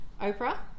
Oprah